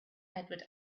edward